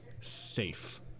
safe